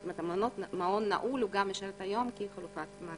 זאת אומרת שמעון נעול משרת היום גם כחלופת מעצר.